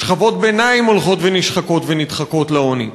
שכבות ביניים הולכות ונשחקות ונדחקות לעוני.